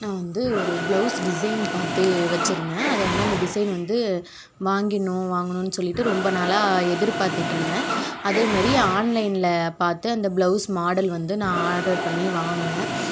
நான் வந்து ஒரு ப்ளவுஸ் டிசைன் பார்த்து வச்சிருந்தேன் அது வந்து அந்த டிசைன் வந்து வாங்கின்னும் வாங்கனும்னு சொல்லி ரொம்ப நாளாக எதிர்பார்த்துட்ருந்தேன் அதேமாதிரி ஆன்லைனில் பார்த்து அந்த ப்ளவுஸ் மாடல் வந்து நான் ஆர்டர் பண்ணி வாங்கினேன்